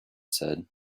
said